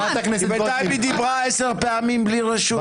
בינתיים היא דיברה עשר פעמים בלי רשות.